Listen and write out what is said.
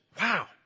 wow